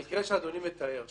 המקרה שאדוני מתאר,